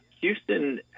Houston